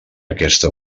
aquesta